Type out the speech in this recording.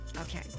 okay